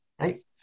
right